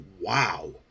wow